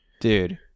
Dude